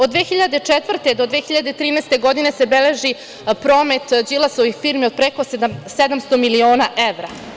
Od 2004. do 2013. godine se beleži promet Đilasovih firmi od preko 700 miliona evra.